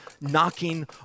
knocking